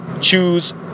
choose